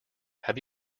have